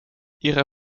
ihre